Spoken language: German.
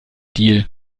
deal